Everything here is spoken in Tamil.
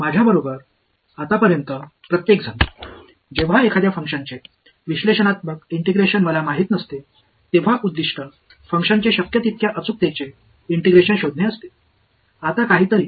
இந்த செயல்பாட்டின் பகுப்பாய்வு ஒருங்கிணைப்பு எனக்குத் தெரியாதபோது ஒரு செயல்பாட்டின் ஒருங்கிணைப்பை முடிந்தவரை துல்லியமாகக் கண்டுபிடிப்பதே குறிக்கோள்